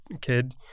kid